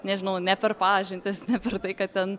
nežinau ne per pažintis ne per tai kad ten